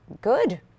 good